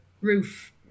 roof